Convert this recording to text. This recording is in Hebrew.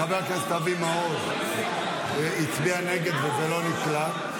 חבר הכנסת אבי מעוז הצביע נגד, וזה לא נקלט.